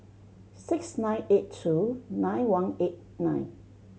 six nine eight two nine one eight nine